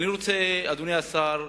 אני רוצה, אדוני השר,